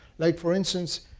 like for instance,